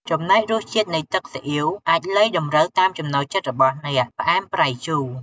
ចំណែករសជាតិនៃទឹកស៊ីអុីវ អាចលៃតម្រូវតាមចំណូលចិត្តរបស់អ្នក ផ្អែម ប្រៃ ជូរ។